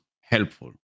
helpful